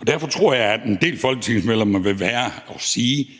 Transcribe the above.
Og derfor tror jeg, at en del folketingsmedlemmer vil sige,